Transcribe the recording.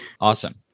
Awesome